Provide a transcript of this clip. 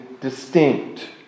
distinct